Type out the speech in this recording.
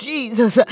Jesus